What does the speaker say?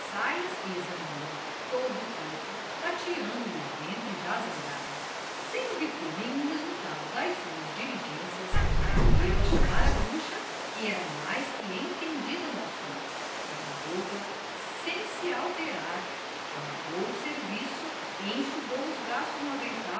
saias e examinou lhe todo o corpo tateando lhe o ventre já zangada sem obter nenhum resultado das suas diligências correu a chamar a bruxa que era mais que entendida no assunto a cabocla sem se alterar largou o serviço enxugou os braços